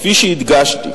כפי שהדגשתי,